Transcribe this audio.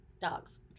dogs